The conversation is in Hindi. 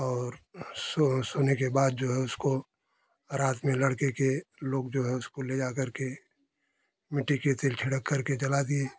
और सोने के बाद जो है उसको रात में लड़के के लोग जो है उसको ले जा करके मिट्टी के तेल छिड़क करके जला दिए